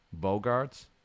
Bogarts